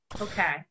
Okay